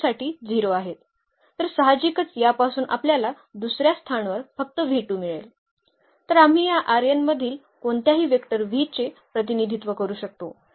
दुसरे आम्ही हे तपासले पाहिजे की आपण घेतलेल्या या पेंटमधून कोणतेही बहुपद या वेक्टरच्या मदतीने त्या बहुपदीचे प्रतिनिधित्व केले जाऊ शकते